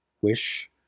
wish